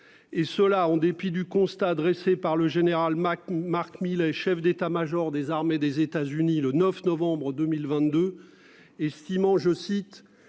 Et cela en dépit du constat dressé par le général Mac Mark Milley, chef d'État-Major des armées des États-Unis le 9 novembre 2022. Estimant, je cite,